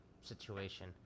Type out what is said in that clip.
situation